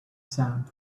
sound